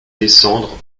descendre